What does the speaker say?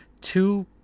Two